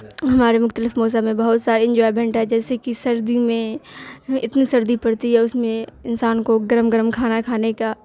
ہمارے مختلف موسم میں بہت سارے انجوائمنٹ ہے جیسے کہ سردی میں اتنی سردی پڑتی ہے اس میں انسان کو گرم گرم کھانا کھانے کا